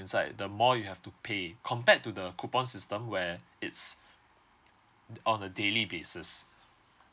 inside the more you have to pay compared to the coupon system where it's on a daily basis